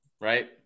right